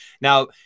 Now